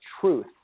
truth